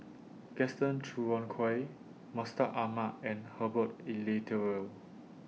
Gaston Dutronquoy Mustaq Ahmad and Herbert Eleuterio